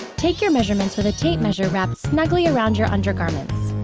take your measurements with a tape measure wrapped snugly around your undergarments.